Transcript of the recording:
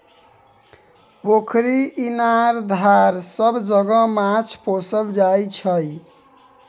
पोखरि, इनार, धार सब जगह माछ पोसल जाइ छै